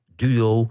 duo